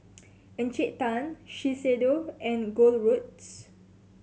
Encik Tan Shiseido and Gold Roast